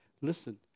listen